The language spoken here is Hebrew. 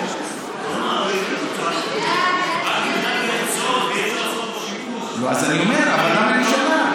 אם לעשות בו שימוש, אז אני אומר, אבל למה לשנה?